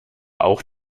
auch